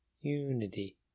unity